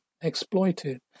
exploited